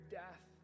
death